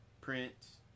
Prince